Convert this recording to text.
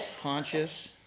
Pontius